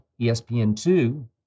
ESPN2